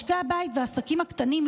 משקי הבית והעסקים הקטנים,